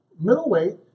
middleweight